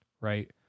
right